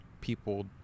people